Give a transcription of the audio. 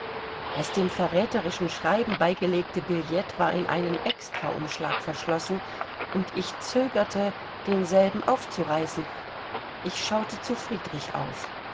das dem verräterischen schreiben beigelegte billet war in einen extra umschlag verschlossen und ich zögerte denselben aufzureißen ich schaute zu friedrich auf